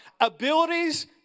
Abilities